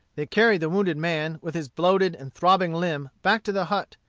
they carried the wounded man, with his bloated and throbbing limb, back to the hut.